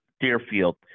Deerfield